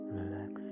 relax